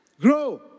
Grow